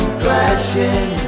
flashing